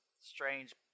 strange